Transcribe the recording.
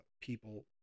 people